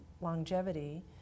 longevity